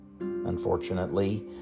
unfortunately